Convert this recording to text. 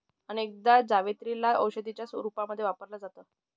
अनेकदा जावेत्री ला औषधीच्या रूपामध्ये वापरल जात